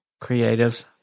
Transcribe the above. creatives